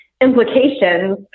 implications